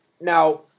Now